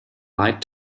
lied